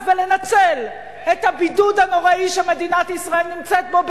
ולנצל את הבידוד הנוראי שמדינת ישראל נמצאת בו,